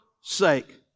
sake